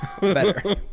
Better